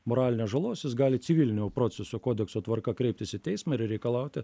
moralinės žalos jis gali civilinio proceso kodekso tvarka kreiptis į teismą ir reikalauti